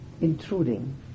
intruding